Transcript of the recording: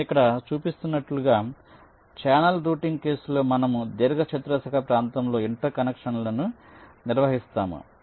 నేను ఇక్కడ చెప్పినట్లుగా ఛానెల్ రౌటింగ్ కేసులో మనము దీర్ఘచతురస్రాకార ప్రాంతంలో ఇంటర్ కనెక్షన్లను నిర్వహిస్తాము